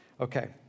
okay